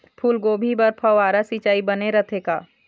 फूलगोभी बर फव्वारा सिचाई बने रथे का?